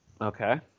Okay